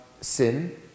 Sin